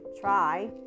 try